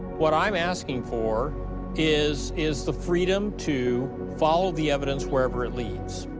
what i'm asking for is is the freedom to follow the evidence wherever it leads.